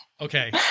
Okay